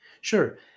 Sure